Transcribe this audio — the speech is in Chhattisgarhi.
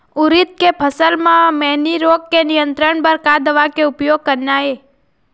उरीद के फसल म मैनी रोग के नियंत्रण बर का दवा के उपयोग करना ये?